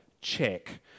check